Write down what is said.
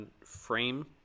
frame